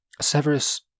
Severus